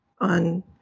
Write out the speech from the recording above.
on